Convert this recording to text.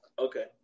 Okay